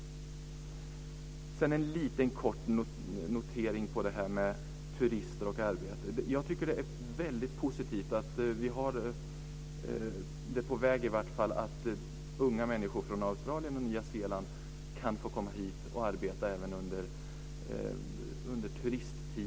Sedan har jag en kort kommentar kring detta med turister och arbete. Jag tycker att det är väldigt positiv att unga människor från Australien och Nya Zeeland kan få komma hit och arbeta även under turistsäsongen.